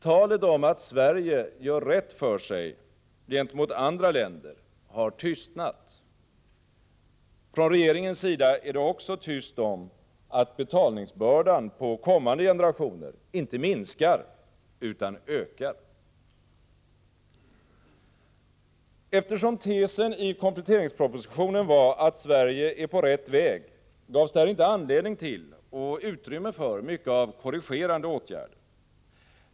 Talet om att Sverige gör rätt för sig gentemot andra länder har tystnat. Från regeringens sida är det också tyst om att betalningsbördan på kommande generationer inte minskar utan ökar. Eftersom tesen i kompletteringspropositionen var att Sverige är på rätt väg, gavs där inte anledning till och utrymme för mycket av korrigerande åtgärder.